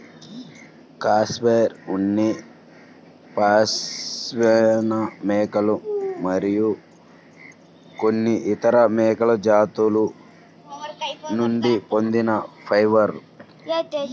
cashmere ఉన్ని పాష్మినా మేకలు మరియు కొన్ని ఇతర మేక జాతుల నుండి పొందిన ఫైబర్